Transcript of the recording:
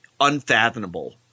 unfathomable